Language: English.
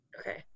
Okay